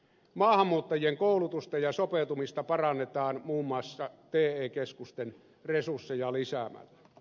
maahanmuuttajien koulutusta ja sopeutumista parannetaan muun muassa te keskusten resursseja lisäämällä